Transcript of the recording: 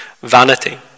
vanity